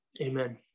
Amen